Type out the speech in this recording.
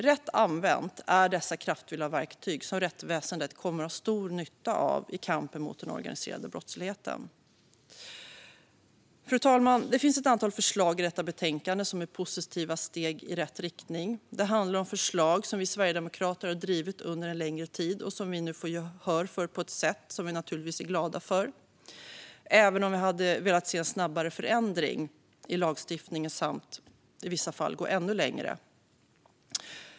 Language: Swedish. Rätt använda är det här kraftfulla verktyg som rättsväsendet kommer att ha stor nytta av i kampen mot den organiserade brottsligheten. Fru talman! Det finns ett antal förslag i betänkandet som är positiva steg i rätt riktning. Det handlar om förslag som vi sverigedemokrater har drivit under längre tid och som vi nu får gehör för på ett sätt som vi naturligtvis är glada för, även om vi hade velat se en snabbare förändring i lagstiftningen samt att vi i vissa fall hade velat gå ännu längre.